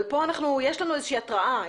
אבל פה יש לנו איזושהי התרעה,